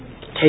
take